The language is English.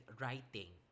writing